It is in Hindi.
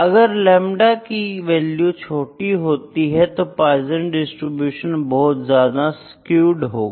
अगर लेमदा की वैल्यू छोटी होती है तो पोइजन डिस्ट्रीब्यूशन बहुत ज्यादा स्क्यूड होगा